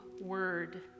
word